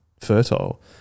fertile